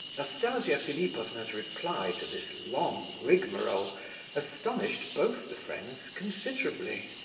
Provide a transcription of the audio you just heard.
nastasia philipovna's reply to this long rigmarole astonished both the friends considerably.